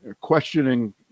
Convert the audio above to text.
questioning